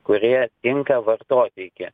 kurie tinka vartoti iki